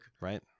Right